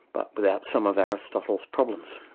but without some of aristotle's problems.